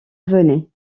venait